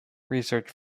research